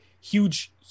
huge